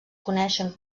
coneixen